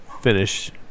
finish